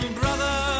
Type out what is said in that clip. brother